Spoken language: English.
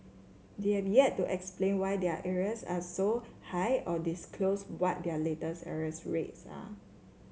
they have yet to explain why their arrears are so high or disclose what their latest arrears rates are